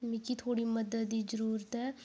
मिगी थोह्ड़ी मदद दी जरूरत ऐ